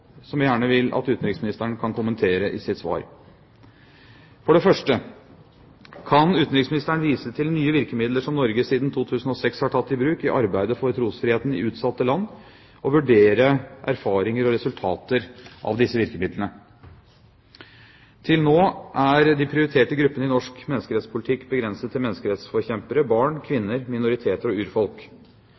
som jeg gjerne vil at utenriksministeren kommenterer i sitt svar. For det første: Kan utenriksministeren vise til nye virkemidler som Norge siden 2006 har tatt i bruk i arbeidet for trosfriheten i utsatte land, og vurdere erfaringer og resultater av disse virkemidlene? Til nå er de prioriterte gruppene i norsk menneskerettspolitikk begrenset til menneskerettsforkjempere, barn, kvinner, minoriteter og urfolk.